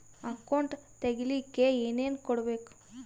Account ತೆಗಿಲಿಕ್ಕೆ ಏನೇನು ಕೊಡಬೇಕು?